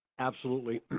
absolutely,